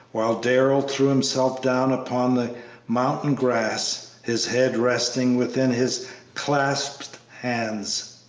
while darrell threw himself down upon the mountain grass, his head resting within his clasped hands.